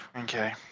Okay